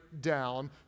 down